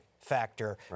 factor